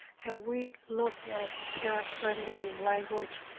have we looked at parent friendly language?